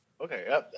Okay